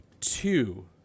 two